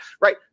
right